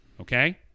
okay